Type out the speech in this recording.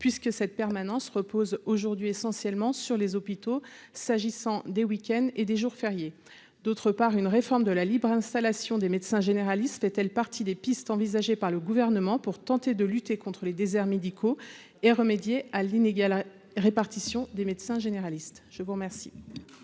puisque cette permanence repose aujourd'hui essentiellement sur les hôpitaux s'agissant des week- end et des jours fériés, d'autre part, une réforme de la libre installation des médecins généralistes est elle partie des pistes envisagées par le gouvernement pour tenter de lutter contre les déserts médicaux et remédier à l'inégale répartition des médecins généralistes, je vous remercie.